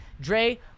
Dre